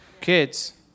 kids